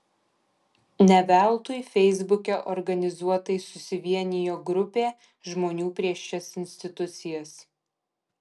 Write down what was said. ne veltui feisbuke organizuotai susivienijo grupė žmonių prieš šias institucijas